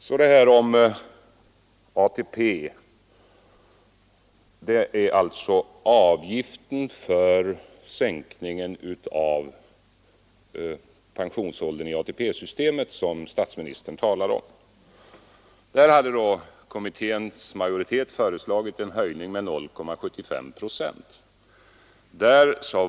Statsministern talade om utgifterna för sänkningen av pensionsåldern i ATP-systemet. Kommitténs majoritet föreslog en höjning med 0,75 procent.